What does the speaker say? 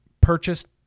purchased